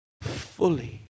Fully